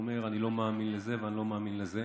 ואומר: אני לא מאמין לזה ואני לא מאמין לזה.